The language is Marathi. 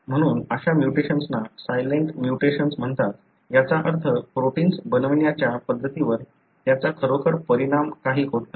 म्हणून अशा म्युटेशन्सना सायलेंट म्युटेशन्स म्हणतात याचा अर्थ प्रोटिन्स बनवण्याच्या पद्धतीवर त्याचा खरोखर परिणाम काही होत नाही